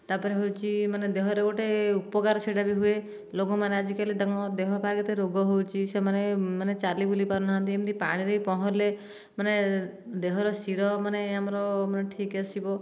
ତା ପରେ ହେଉଛି ମାନେ ଦେହର ଗୋଟିଏ ଉପକାର ସେଇଟା ବି ହୁଏ ଲୋକମାନେ ଆଜି କାଲି ତାଙ୍କ ଦେହ ପା କେତେ ରୋଗ ହେଉଛି ସେମାନେ ମାନେ ଚାଲି ବୁଲି ପାରୁନାହାଁନ୍ତି ଏମିତି ପାଣିରେ ପହଁରିଲେ ମାନେ ଦେହର ଶିର ମାନେ ଆମର ଠିକ୍ ଆସିବ